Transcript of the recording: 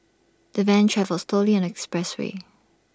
the van travelled slowly on expressway